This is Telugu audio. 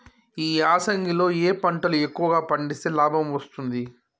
ఈ యాసంగి లో ఏ పంటలు ఎక్కువగా పండిస్తే లాభం వస్తుంది?